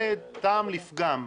זה טעם לפגם.